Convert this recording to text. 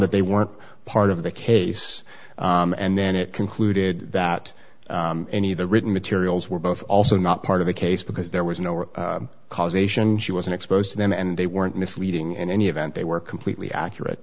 that they weren't part of the case and then it concluded that any of the written materials were both also not part of the case because there was no causation she wasn't exposed to them and they weren't misleading in any event they were completely accurate